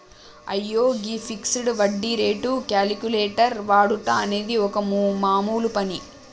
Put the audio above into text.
అయ్యో గీ ఫిక్సడ్ వడ్డీ రేటు క్యాలిక్యులేటర్ వాడుట అనేది ఒక మామూలు పని